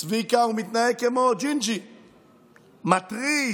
צביקה, הוא מתנהג כמו ג'ינג'י, מתריס: